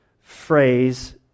phrase